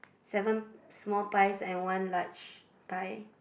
seven small pies and one large pie